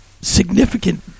significant